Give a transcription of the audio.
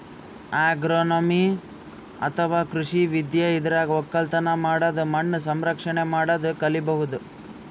agronomy ಅಥವಾ ಕೃಷಿ ವಿದ್ಯೆ ಇದ್ರಾಗ್ ಒಕ್ಕಲತನ್ ಮಾಡದು ಮಣ್ಣ್ ಸಂರಕ್ಷಣೆ ಮಾಡದು ಕಲಿಬಹುದ್